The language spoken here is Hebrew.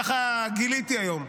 ככה גיליתי היום,